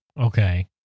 okay